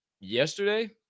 yesterday